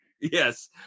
yes